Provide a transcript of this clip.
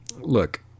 look –